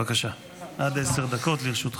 בבקשה, עד עשר דקות לרשותך.